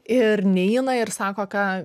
ir neina ir sako ką